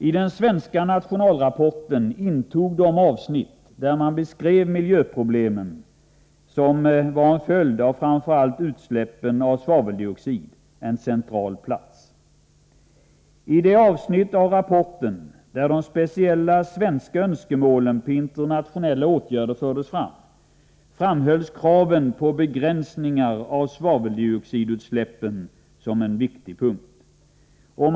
I den svenska nationalrapporten intog de avsnitt där man beskrev de miljöproblem som var en följd av framför allt utsläppen av svaveldioxid en central plats. I det avsnitt av rapporten där de speciella svenska önskemålen beträffande internationella åtgärder fördes fram framhölls kravet på begränsningar av svaveldioxidutsläppen som en viktig punkt.